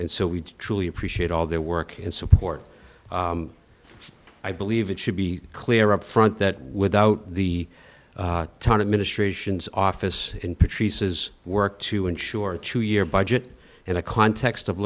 and so we truly appreciate all their work and support i believe it should be clear up front that without the ton of ministrations office in patrice's work to ensure two year budget in a context of